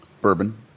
Bourbon